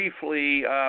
briefly